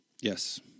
Yes